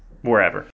wherever